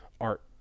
art